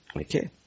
Okay